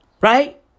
Right